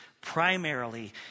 Primarily